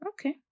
Okay